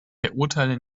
verurteile